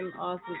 awesome